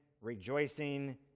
rejoicing